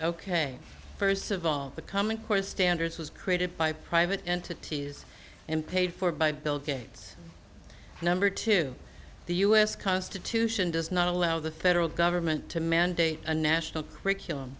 k first of all the coming course standards was created by private entities and paid for by bill gates number two the us constitution does not allow the federal government to mandate a national curriculum